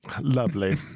Lovely